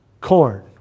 corn